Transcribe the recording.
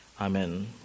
Amen